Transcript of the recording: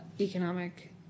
economic